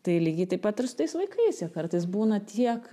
tai lygiai taip pat ir su tais vaikais jie kartais būna tiek